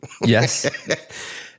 Yes